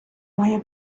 має